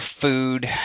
food